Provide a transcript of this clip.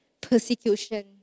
persecution